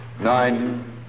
Nine